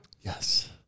Yes